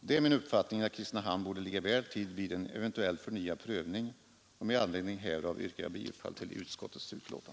Det är min uppfattning att Kristinehamn borde ligga väl till vid en eventuell förnyad prövning, och med anledning härav yrkar jag bifall till utskottets hemställan.